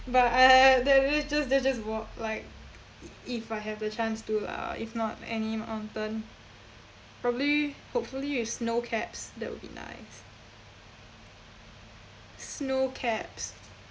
but I I I there there just there just walk like if I have the chance to lah if not any mountain probably hopefully is snow caps that will be nice snow caps